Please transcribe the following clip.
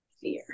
fear